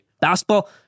Basketball